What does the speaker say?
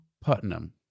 Putnam